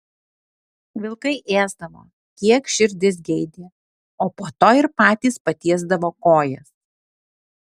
vilkai ėsdavo kiek širdis geidė o po to ir patys patiesdavo kojas